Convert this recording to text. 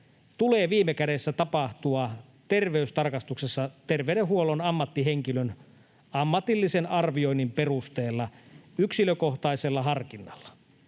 tulee viime kädessä tapahtua terveystarkastuksessa terveydenhuollon ammattihenkilön ammatillisen arvioinnin perusteella yksilökohtaisella harkinnalla.